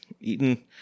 eaten